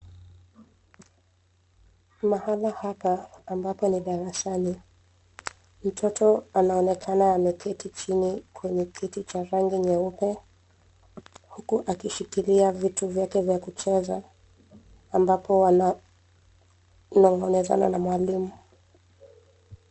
Mahali hapa ambapo ni darasani mtoto anaonekana ameketi chini kwenye kiti cha rangi nyeupe huku akishikilia vitu vyake vya kucheza ambapo wananong'ezana na mwalimu.